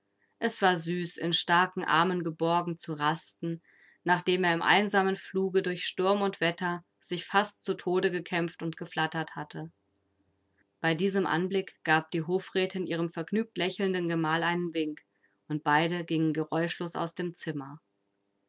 es war süß in starken armen geborgen zu rasten nachdem er im einsamen fluge durch sturm und wetter sich fast zu tode gekämpft und geflattert hatte bei diesem anblick gab die hofrätin ihrem vergnügt lächelnden gemahl einen wink und beide gingen geräuschlos aus dem zimmer